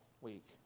week